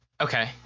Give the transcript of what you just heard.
Okay